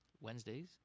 Wednesdays